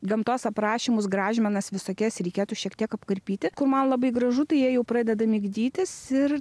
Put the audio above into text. gamtos aprašymus gražmenas visokias reikėtų šiek tiek apkarpyti man labai gražu tai jie jau pradeda migdytis ir